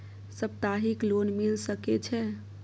सप्ताहिक लोन मिल सके छै?